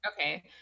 Okay